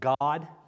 God